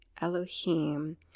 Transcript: Elohim